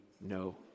no